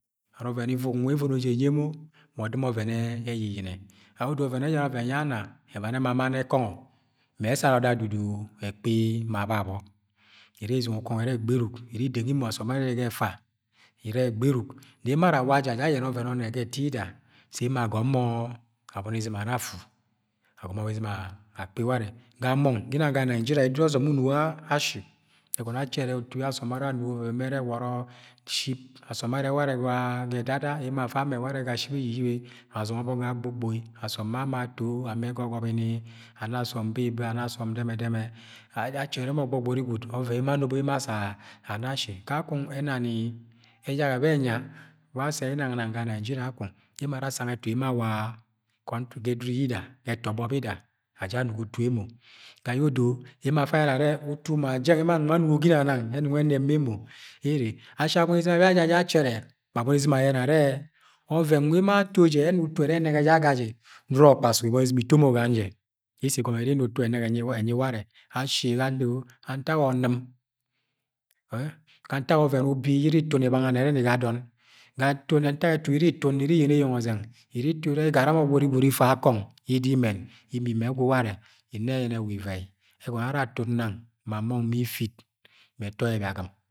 But ọvẹn ivọk nwe evovo jẹ enyi emo wa ọ dɨm ọvẹn ẹyiyine. Ga yẹ odo ọven ejara ọkẹn ye ana ebani yẹ ẹma ma nọ aba ẹ ekọngọ me̱ e̱sara o̱duk dudu e̱kpi ma babọ Iri isɨnge ukọngọ irẹ gberuk, iri idẹngi emo, asọm bẹ arre je ga efa. Ire̱ gberuk nẹ emo ara awa jẹ aye̱ne̱ ovẹn ọnnẹ ga ẹtida, sẹ emo agọmọ abọni izɨm ara afu. Agọmọ abọni izɨm akpi ware̱ Ga mọng, ginang ga Nigeria edudu yẹ ọsọm ununugo ashi. Ego̱no̱ ye̱ achẹrẹ utu yẹ aso̱m ara anugo, ọvẹvẹn bẹ ẹrẹ eworo, ship, asọm bẹ arre warẹ ga e̱dada, emo afa amẹ warẹ ga ship eyiyibẹ azọngọ ọbọk ga agbogboi, asọm be ama ato ga o̱gọbini, ana asọm bebei, ana aso̱sọm dẹmẹdẹmẹ. Awa aja achẹrẹ mọ gbọgbori gwud ọvẹvẹn yẹ emo anobo ye asana asi. Kakọng ena ni eyakẹ bẹ ẹnya bẹ assẹ inang nang ga Nigeria akọng emo ara asang ẹtu yẹ awa country ga ẹdudu yida, ga e̱to̱gbọ yida aja anugo utu emo. Ga yẹ odo emo afa ayẹnẹ ẹrẹ utu ma jẹ ye emo anong anugo ginang anana yẹ ẹnọng ẹnẹb ma emo ere. Ashi abọni izɨm awa achẹrẹ, ma abọni izɨm aye̱nẹ ẹrẹ ọvẹn nwe̱ emo ato je̱ utu e̱nẹgẹ aga jẹ, nọrọ kpasuk ibọni izɨm ito mọ ga n-je ye̱ isi igọmọ iri inna utu. ẹnẹgẹ e̱nyi warẹ. Ashi ga yẹ odọ ga ntak ọnɨm Ga ntak ọvẹn ubi ye̱ iri itun ibanga nẹrẹ ni ga adọn, ga ntak ẹtu ye̱ iri itun iri iyẹnẹ eyeng ọzɨng. Iri itun ire̱ igara mo̱ gbọgbọri gwud ifẹ akang ida imẹn imi me̱ e̱gwu ware. Nne̱ ye̱ne̱ wa ive̱i Ego̱no̱ yẹ ana atum nang ma mo̱ng ma ĩfit me̱ ẹtọ yẹ ibiagɨm.